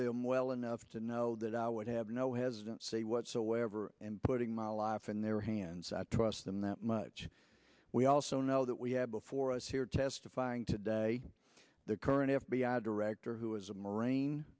them well enough to know that i would have no hesitancy whatsoever and putting my life in their hands i trust them that much we also know that we have before us here testifying today the current f b i director who is a marine